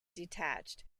detached